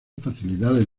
facilidades